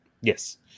Yes